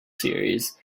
series